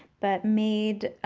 but made,